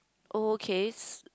oh okay s~